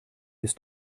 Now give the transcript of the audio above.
ist